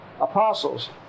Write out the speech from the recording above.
apostles